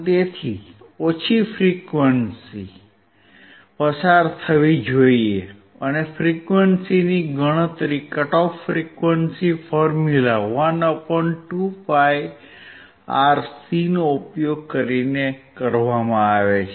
તેથી ઓછી ફ્રીક્વંસી પસાર થવી જોઈએ અને ફ્રીક્વન્સીની ગણતરી cut off frequency formula 12πRC નો ઉપયોગ કરીને કરવામાં આવે છે